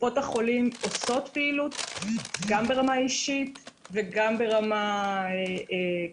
קופות החולים עושות פעילות גם ברמה אישית וגם ברמה